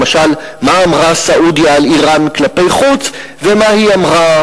למשל מה אמרה סעודיה על אירן כלפי חוץ ומה היא אמרה,